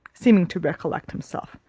seeming to recollect himself,